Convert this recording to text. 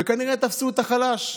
וכנראה תפסו את החלש.